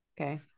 Okay